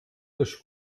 euch